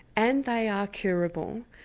and they are curable,